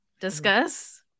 discuss